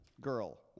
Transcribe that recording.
girl